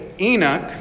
Enoch